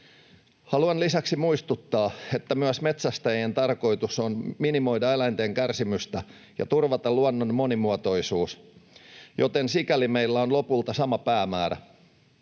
Haluan lisäksi muistuttaa, että myös metsästäjien tarkoitus on minimoida eläinten kärsimystä ja turvata luonnon monimuotoisuus, joten sikäli meillä on lopulta sama päämäärä.